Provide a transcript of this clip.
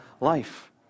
life